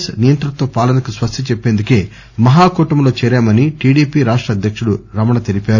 yes నియంతృత్వ పాలనకు స్పస్తి చెప్పందుకే మహాకూటమిలో చేరామని టిడిపి రాష్ట అధ్యక్తుడు రమణ తెలిపారు